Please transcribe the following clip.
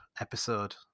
episode